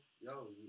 Yo